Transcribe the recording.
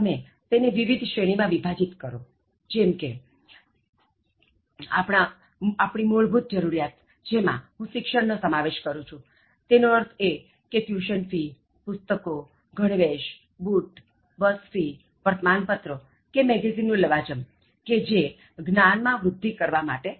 તમે તેને વિવિધ શ્રેણી માં વિભાજિત કરો જેમ કે મૂળભૂત જરુરિયાત જેમાં હું શિક્ષણનો સમાવેશ કરું છું તેનો અર્થ કે ટ્યુશન ફીપુસ્તકો ગણવેશ બુટ બસ ફી વર્તમાન પત્રો કે મેગેઝિન નું લવાજમ કે જે જ્ઞાન માં વૃધ્ધિ કરવા માટે ચૂકવો છો